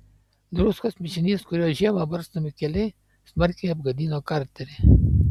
druskos mišinys kuriuo žiemą barstomi keliai smarkiai apgadino karterį